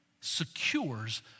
secures